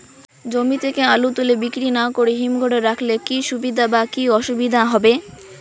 জমি থেকে আলু তুলে বিক্রি না করে হিমঘরে রাখলে কী সুবিধা বা কী অসুবিধা হবে?